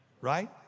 right